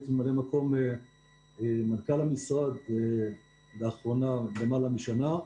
לאחרונה הייתי ממלא מקום מנכ"ל המשרד למעלה משנה.